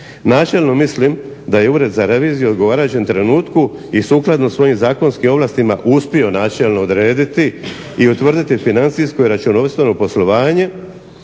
Načelno mislim da je Državni ured za reviziju odgovarajućem trenutku i sukladno svojim zakonskim ovlastima uspio načelno odrediti i utvrditi financijsko i računovodstveno poslovanje,